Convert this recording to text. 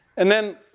and then,